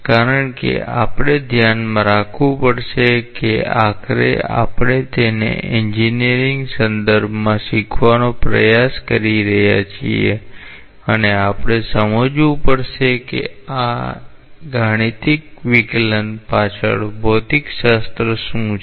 કારણ કે આપણે ધ્યાનમાં રાખવું પડશે કે આખરે આપણે તેને એન્જિનિયરિંગ સંદર્ભમાં શીખવાનો પ્રયાસ કરી રહ્યા છીએ અને આપણે સમજવું પડશે કે આ ગાણિતિક વિકલન પાછળ ભૌતિકશાસ્ત્ર શું છે